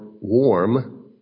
warm